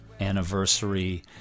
anniversary